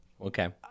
Okay